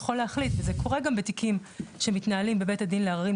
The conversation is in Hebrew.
יכול להחליט וזה קורה גם בתיקים שמתנהלים בבית הדין לערערים,